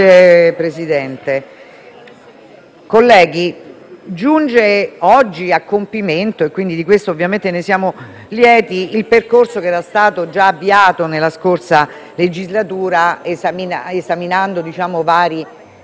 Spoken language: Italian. colleghi, giunge oggi a compimento (e di questo ovviamente siamo lieti) il percorso che era stato già avviato nella scorsa legislatura esaminando varie proposte di legge